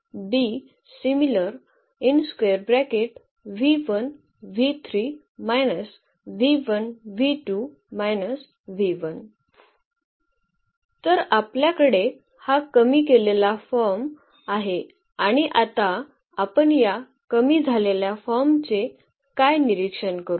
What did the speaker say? तर आपल्याकडे हा कमी केलेला फॉर्म आहे आणि आता आपण या कमी झालेल्या फॉर्मचे काय निरीक्षण करू